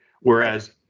whereas